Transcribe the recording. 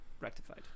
rectified